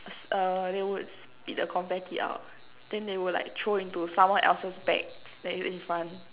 uh they would spit the confetti out then they will like throw into someone else's bag that is in front